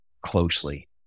closely